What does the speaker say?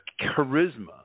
charisma